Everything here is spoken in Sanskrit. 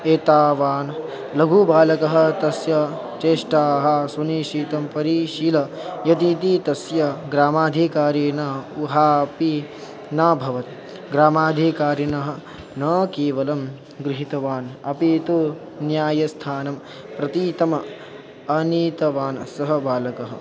एतावान् लघुबालकः तस्य चेष्टाः सुनिश्चितं परीशीलयदिति तस्य ग्रामाधिकारिणा उहापि न भवत् ग्रामाधिकारिणः न केवलं गृहीतवान् अपि तु न्यायस्थानं प्रति तम् आनीतवान् सः बालकः